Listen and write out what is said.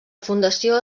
fundació